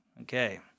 Okay